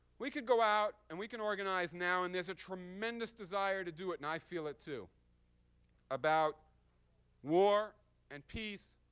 we could go out, and we can organize now and there's a tremendous desire to do it, and i feel it, too about war and peace,